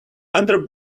under